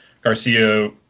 Garcia